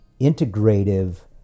integrative